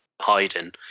hiding